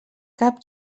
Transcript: cap